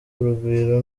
urugwiro